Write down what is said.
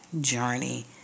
journey